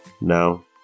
Now